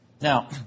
Now